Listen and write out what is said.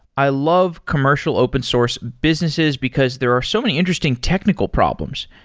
i love commercial open source businesses because there are so many interesting technical problems.